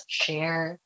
share